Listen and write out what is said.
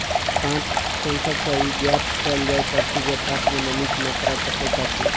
पात सेंसर सॅ ई ज्ञात कयल जाइत अछि जे पात मे नमीक मात्रा कतेक अछि